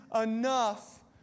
enough